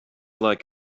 like